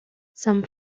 some